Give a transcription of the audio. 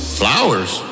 flowers